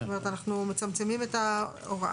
זאת אומרת אנחנו מצמצמים את ההוראה.